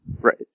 Right